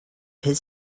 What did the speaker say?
his